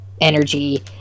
energy